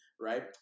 Right